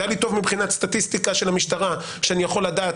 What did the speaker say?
זה היה לי טוב מבחינת סטטיסטיקה של המשטרה שאני יכול לדעת